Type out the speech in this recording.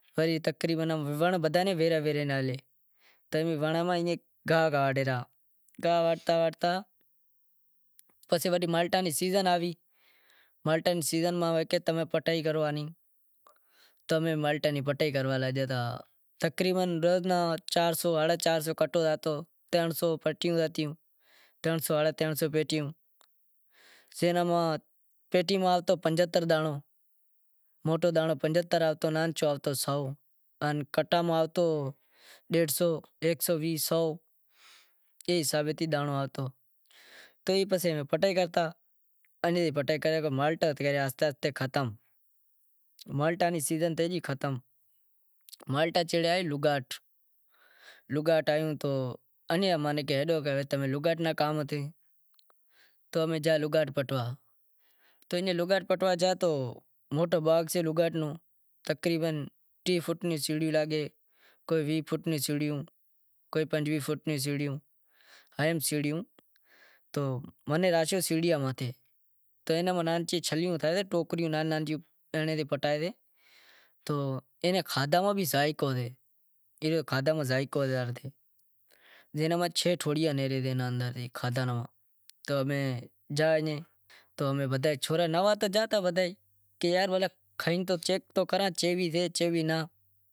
تقریبن ونڑ بدہا نیں ویرہیا نیں تو ونڑاں ماں ایئں گاہ کاڈھے رہا گاہ واڈہتا واڈہتا واڈہتا پسے وری مالٹاں ری سیزن آوی مالٹاں ری سیزن ماں کہے تمیں پٹائی کرو آں نیں، تو امیں مالٹا ری پٹائی کرائی لاگے گیا تقریبن روز ناں چار سو ہاڈہا چار سو کٹو زاتو ترن سو پیٹیوں زاتیوں، تقریبن سیزن تھے گئی ختم، مالٹا تھے گیا ختم تو امیں لگاٹ پٹوا جا تو موٹو باغ سے تقریبن ٹیہہ فوٹ روں سیڑہیوں لاگے کوہئی ویہہ فوٹ روں سیڑیوں آن تو امیں گیا امیں تو چھورا نواں تو جاتا امیں کہ یار کھئی چیک تو کراں